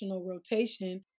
rotation